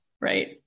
Right